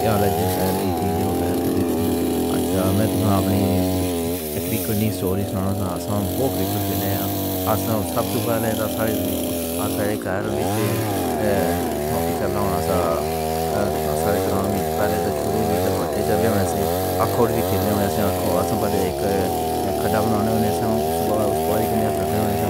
کیا ہال ہے جی خیر دیجی ٹی وی خیر کرتی ہے۔ اچھا میں تو سنو اپنی کریکن سٹوری سنانا ہے، وہ کریکن کھیل لیا، سب سے پہلے تو سارے آسان ہو گئے۔ کار وچ ہاکی چلانا سا ساڑے گراؤنڈ وچ پہلے تو شروع وچ بٹی چلنے والے سے اکھوڑ بھی کھیلنے والے تھے۔ آسان پہلے ایک کھڈا بنانا ہوتا ہے۔ اس سے بعد اس بارے میں یہ رکھنا ہے کہ